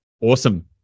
awesome